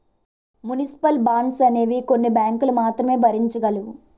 municipal bonds అనేవి కొన్ని బ్యాంకులు మాత్రమే భరించగలవు